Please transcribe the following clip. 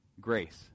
Grace